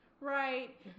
right